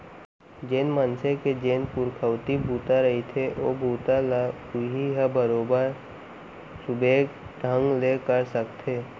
जेन मनसे के जेन पुरखउती बूता रहिथे ओ बूता ल उहीं ह बरोबर सुबेवत ढंग ले कर सकथे